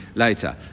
later